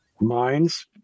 Mines